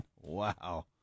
Wow